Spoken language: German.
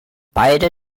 beide